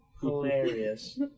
Hilarious